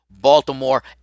Baltimore